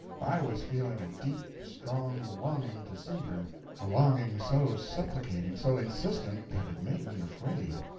i was feeling a deep, strong longing to see her a longing so supplicating, so insistent, that it made me afraid.